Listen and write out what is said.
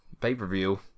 pay-per-view